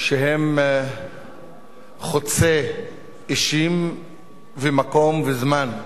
שהם חוצי אישים ומקום וזמן.